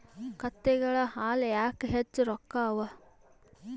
ಕತ್ತೆಗಳ ಹಾಲ ಯಾಕ ಹೆಚ್ಚ ರೊಕ್ಕ ಅವಾ?